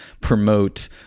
promote